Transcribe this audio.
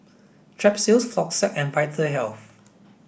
Strepsils Floxia and Vitahealth